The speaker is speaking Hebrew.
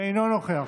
אינו נוכח.